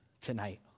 tonight